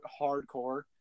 hardcore